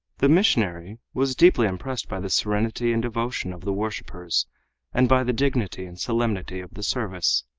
the missionary was deeply impressed by the serenity and devotion of the worshipers and by the dignity and solemnity of the service.